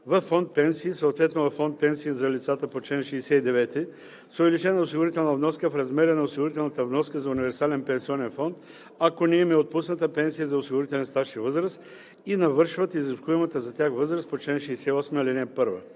във фонд „Пенсии“, съответно във фонд „Пенсии за лицата по чл. 69“, с увеличена осигурителна вноска в размера на осигурителната вноска за универсален пенсионен фонд, ако не им е отпусната пенсия за осигурителен стаж и възраст и навършват изискуемата за тях възраст по чл. 68, ал. 1: 1.